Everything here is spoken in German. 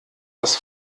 das